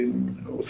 חצי שנה או בעוד שנה,